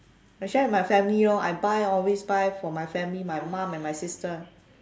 I share with my family lor I buy always buy for my family my mum and my sister